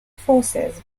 forces